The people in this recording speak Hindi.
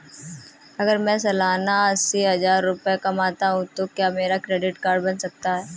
अगर मैं सालाना अस्सी हज़ार रुपये कमाता हूं तो क्या मेरा क्रेडिट कार्ड बन सकता है?